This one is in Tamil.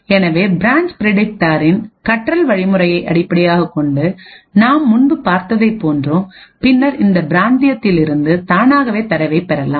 எனவே பிரான்ச் பிரடிக்டாரின் கற்றல் வழிமுறைகளை அடிப்படையாகக் கொண்டு நாம் முன்பு பார்த்ததைப் போன்று பின்னர் இந்த பிராந்தியத்திலிருந்து தானாகவே தரவைப் பெறலாம்